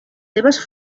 seves